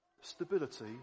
stability